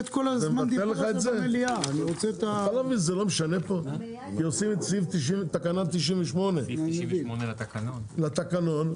זה לא משנה כי עושים תקנה 98 לתקנון.